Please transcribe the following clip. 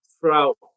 throughout